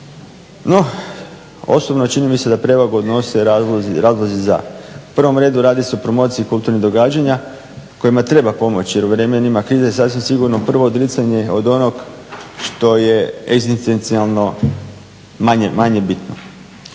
No, osobno čini mi se da treba … razlozi za. U prvom redu radi se o promociji kulturnih događanja kojima treba pomoći jer u vremenima krize sasvim sigurno prvo odricanje od onog što je egzistencionalno manje bitno.